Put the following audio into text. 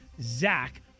Zach